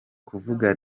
kuvuga